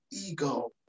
ego